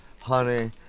Honey